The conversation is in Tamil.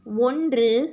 ஒன்று